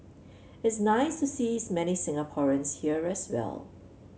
it's nice to sees many Singaporeans here as well